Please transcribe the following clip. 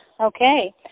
Okay